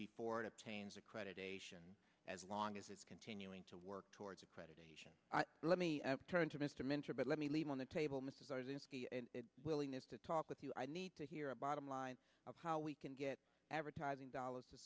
before it obtains accreditation as long as it's continuing to work towards accreditation let me turn to mr mentor but let me leave on the table mr willingness to talk with you i need to hear a bottom line of how we can get advertising dollars to